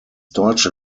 deutsche